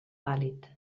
pàl·lid